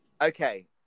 Okay